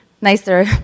nicer